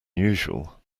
usual